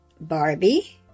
Barbie